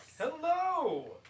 Hello